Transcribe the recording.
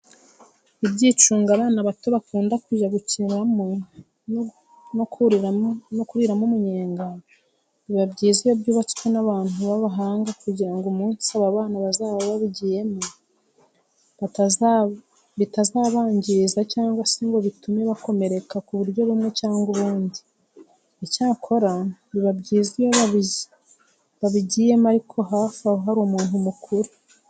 Ibyicungo abana bato bakunda kujya gukiniramo no kuriramo umunyenga, biba byiza iyo byubatswe n'abantu b'abahanga kugira ngo umunsi aba bana bazaba babigiyemo bitazabangiza cyangwa se ngo bitume bakomereka mu buryo bumwe cyangwa ubundi. Icyakora biba byiza iyo babijyiyemo ariko hafi aho hari umuntu mukuru.